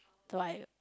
so I